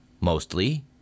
Mostly